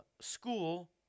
school